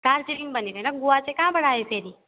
दार्जिलिङ भनेको हैन गोवा चाहिँ कहाँबाट आयो फेरि